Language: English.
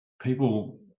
people